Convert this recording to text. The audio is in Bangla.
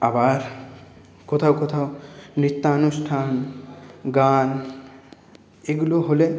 আবার কোথাও কোথাও নৃত্যানুষ্ঠান গান এগুলো হলে